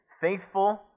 faithful